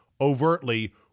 overtly